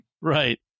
Right